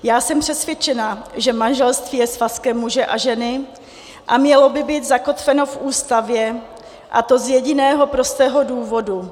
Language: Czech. Já jsem přesvědčena, že manželství je svazkem muže a ženy a mělo by být zakotveno v Ústavě, a to z jediného prostého důvodu.